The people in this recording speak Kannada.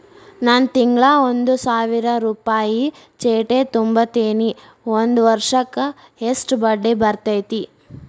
ನಾನು ತಿಂಗಳಾ ಒಂದು ಸಾವಿರ ರೂಪಾಯಿ ಚೇಟಿ ತುಂಬತೇನಿ ಒಂದ್ ವರ್ಷಕ್ ಎಷ್ಟ ಬಡ್ಡಿ ಬರತೈತಿ?